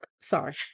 sorry